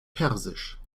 persisch